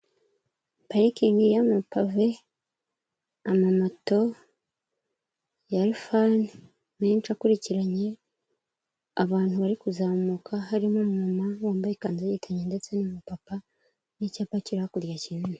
Parikingi y'amapave, moto ya rifani menshi akurikiranye, abantu bari kuzamuka harimo umumama wambaye ikanzu y'igitenge ndetse n'umupapa, n'icyapa kiri hakurya kijimye.